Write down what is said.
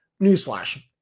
Newsflash